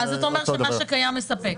מה שקיים, מספק.